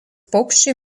paukščiai